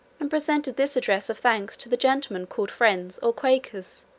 and presented this address of thanks to the gentlemen called friends or quakers,